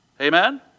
Amen